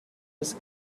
his